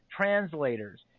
translators